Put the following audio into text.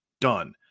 Done